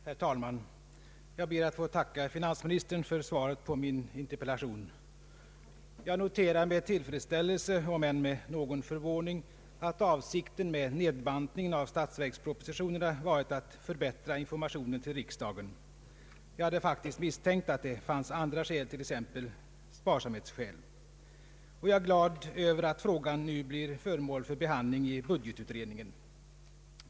Herr talman! Jag ber att få tacka finansministern för svaret på min interpellation. Jag noterar med tillfredsställelse — om än med någon förvåning — att avsikten med nedbantningen av statsverkspropositionerna varit att förbättra informationen till riksdagen. Jag hade faktiskt misstänkt att det fanns andra skäl, t.ex. sparsamhetsskäl, och jag är glad över att frågan nu blir föremål för behandling i budgetutredningen.